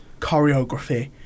choreography